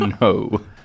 No